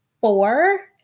four